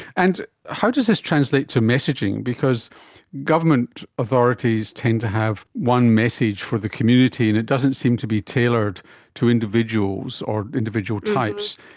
and how does this translate to messaging, because government authorities tend to have one message for the community, and it doesn't seem to be tailored to individuals or individual types.